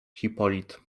hipolit